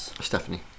Stephanie